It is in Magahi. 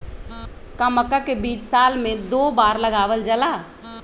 का मक्का के बीज साल में दो बार लगावल जला?